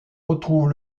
retrouve